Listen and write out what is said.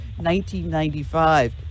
1995